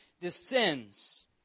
descends